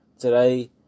Today